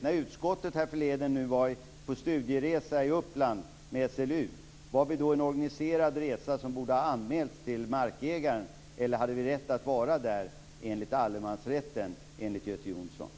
När utskottet härförleden var på studieresa i Uppland med SLU, var vi då en organiserad resa som borde ha anmälts till markägaren, eller hade vi, som Göte Jonsson ser det, rätt att vara där enligt allemansrätten?